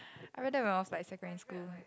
I wear that when I was like secondary school